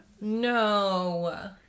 No